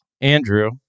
andrew